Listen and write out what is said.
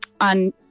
on